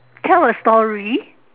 tell a story